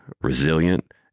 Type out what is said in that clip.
resilient